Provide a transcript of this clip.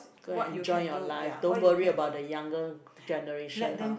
go and enjoy your life don't worry about the younger generation !huh!